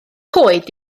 coed